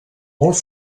molt